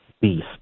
beast